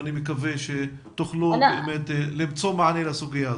אני מקווה שתוכלו באמת למצוא מענה לסוגיה הזו.